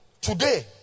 today